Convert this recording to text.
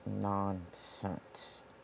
Nonsense